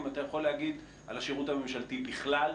אם אתה יכול להגיד על השירות הממשלתי בכלל,